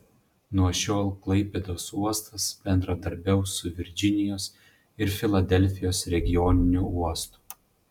nuo šiol klaipėdos uostas bendradarbiaus su virdžinijos ir filadelfijos regioniniu uostu